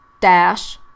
dash